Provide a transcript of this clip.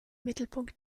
mittelpunkt